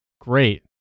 Great